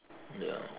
ya